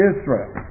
Israel